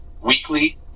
weekly